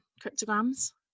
cryptograms